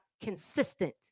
consistent